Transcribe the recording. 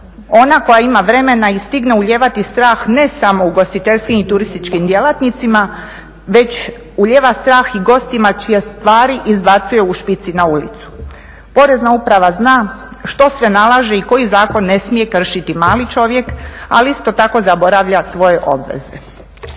Ona koja ima vremena i stigne ulijevati strah ne samo ugostiteljskim i turističkim djelatnicima, već ulijeva strah i gostima čije stvari izbacuje u špici na ulicu. Porezna uprava zna što sve nalaže i koji zakon ne smije kršiti mali čovjek, ali isto tako zaboravlja svoje obveze.